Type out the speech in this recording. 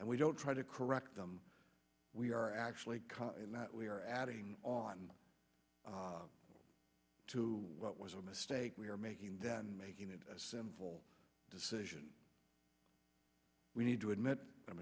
and we don't try to correct them we are actually not we are adding on to what was a mistake we are making then making it as simple decision we need to admit